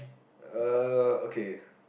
uh okay